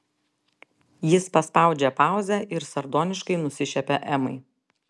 jis paspaudžia pauzę ir sardoniškai nusišiepia emai